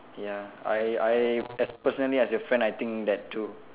ya I I as personally as a friend I think that too